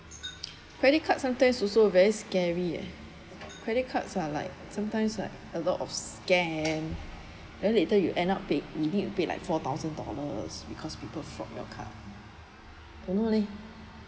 credit card sometimes also very scary eh credit cards are like sometimes like a lot of scam then later you end up paid you need to pay like four thousand dollars because people fraud your card don't know leh